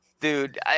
dude